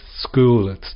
school